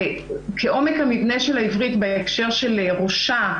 כעומק המבנה של העברית בהקשר של "ראשה",